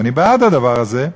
ואני בעד הדבר הזה,